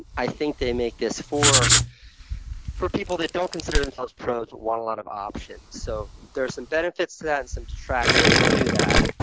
i think they make this for for people that don't consider themselves pros but want a lot of options. so there are some benefits to that and some detractions to that.